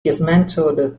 dismantled